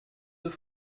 deux